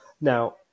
Now